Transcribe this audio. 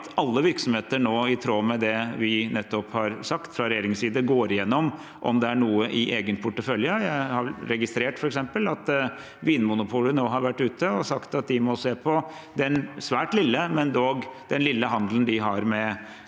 alle virksomheter nå, i tråd med det vi nettopp har sagt fra regjeringens side, går gjennom om det er noe i egen portefølje. Jeg har f.eks. registrert at Vinmonopolet nå har vært ute og sagt at de må se på den svært lille handelen, men dog handelen de har med